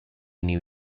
new